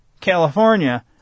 California